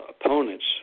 opponents